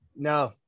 No